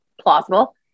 plausible